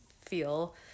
feel